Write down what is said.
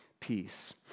peace